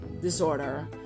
disorder